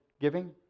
giving